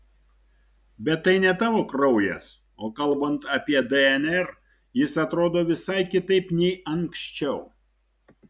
bet tai ne tavo kraujas o kalbant apie dnr jis atrodo visai kitaip nei anksčiau